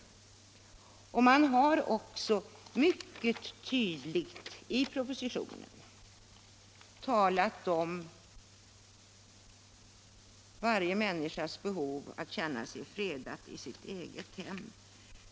I propositionen talas det också mycket tydligt om varje människas behov av att kunna känna sig fredad i sitt eget hem.